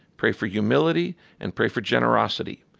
pray for humility and pray for generosity,